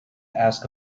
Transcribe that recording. ask